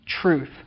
truth